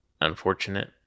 unfortunate